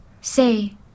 Say